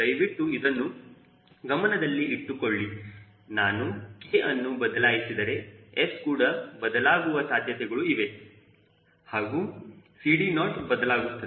ದಯವಿಟ್ಟು ಇದನ್ನು ಗಮನದಲ್ಲಿ ಇಟ್ಟುಕೊಳ್ಳಿ ನಾನು ಈ Kಅನ್ನು ಬದಲಾಯಿಸಿದರೆ S ಕೂಡ ಬದಲಾಗುವ ಸಾಧ್ಯತೆಗಳು ಇವೆ ಹಾಗೂ CD0 ಬದಲಾಗುತ್ತದೆ